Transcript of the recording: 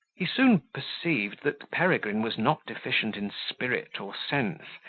he soon perceived that peregrine was not deficient in spirit or sense,